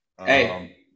Hey